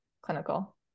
clinical